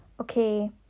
Okay